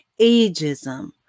ageism